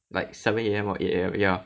like seven A_M or eight A_M